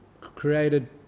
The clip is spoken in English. created